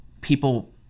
people